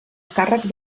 càrrec